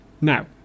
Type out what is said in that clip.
Now